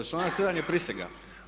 Članak 7 je prisega.